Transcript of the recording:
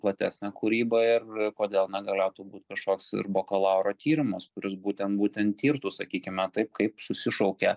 platesne kūryba ir kodėl na galėtų būt kažkoks ir bakalauro tyrimas kuris būtent būtent tirtų sakykime taip kaip susišaukia